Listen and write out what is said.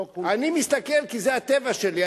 לא, אני מסתכל כי זה הטבע שלי.